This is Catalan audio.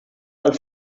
del